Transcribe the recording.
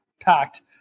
packed